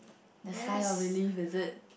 the sign or really visit